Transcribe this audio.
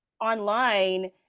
online